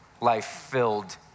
life-filled